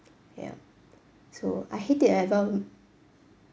yup so I hate it whenever